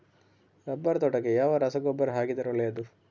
Rubber ತೋಟಕ್ಕೆ ಯಾವ ರಸಗೊಬ್ಬರ ಹಾಕಿದರೆ ಒಳ್ಳೆಯದು?